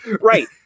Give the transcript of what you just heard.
right